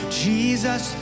jesus